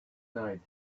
night